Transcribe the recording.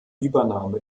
übernahme